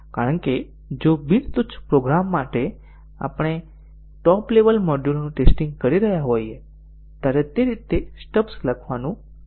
કારણ કે જો બિન તુચ્છ પ્રોગ્રામ માટે જ્યારે આપણે ટોપ લેવલ મોડ્યુલોનું ટેસ્ટીંગ કરી રહ્યા હોઇએ ત્યારે તે રીતે સ્ટબ્સ લખવાનું મુશ્કેલ હશે